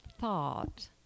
thought